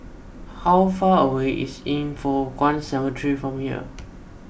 how far away is Yin Foh Kuan Cemetery from here